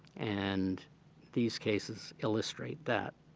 and these cases illustrate that.